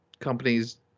Companies